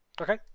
Okay